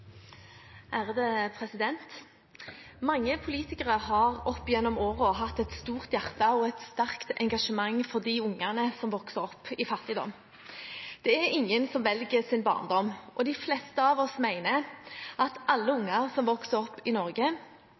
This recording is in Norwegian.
et sterkt engasjement for de barna som vokser opp i fattigdom. Det er ingen som velger sin barndom, og de fleste av oss mener at alle barn som vokser opp i Norge,